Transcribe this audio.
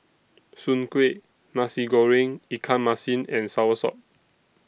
Soon Kueh Nasi Goreng Ikan Masin and Soursop